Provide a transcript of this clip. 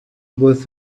with